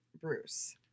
Bruce